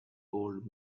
old